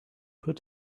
put